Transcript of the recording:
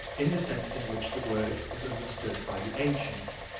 in the sense in which the word was understood by the ancients,